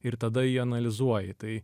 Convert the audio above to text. ir tada jį analizuoji tai